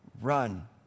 run